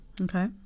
Okay